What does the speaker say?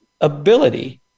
ability